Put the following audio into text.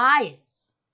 bias